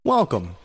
Welcome